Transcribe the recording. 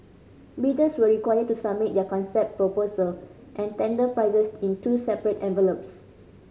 bidders were required to submit their concept proposal and tender prices in two separate envelopes